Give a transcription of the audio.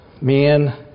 men